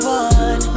one